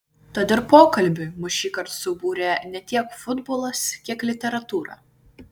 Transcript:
tad ir pokalbiui mus šįkart subūrė ne tiek futbolas kiek literatūra